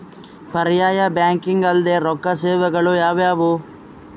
ಪರ್ಯಾಯ ಬ್ಯಾಂಕಿಂಗ್ ಅಲ್ದೇ ರೊಕ್ಕ ಸೇವೆಗಳು ಯಾವ್ಯಾವು?